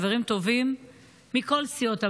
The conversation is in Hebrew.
חברים טובים מכל סיעות הבית,